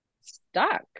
stuck